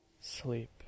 sleep